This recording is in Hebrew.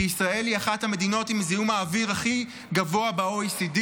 כי ישראל היא אחת המדינות עם זיהום האוויר הכי גבוה ב-OECD,